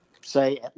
say